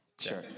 Sure